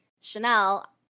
Chanel